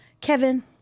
Kevin